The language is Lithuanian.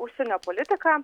užsienio politika